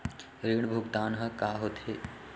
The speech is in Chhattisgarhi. ऋण भुगतान ह का होथे?